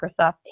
Microsoft